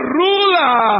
ruler